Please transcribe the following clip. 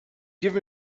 give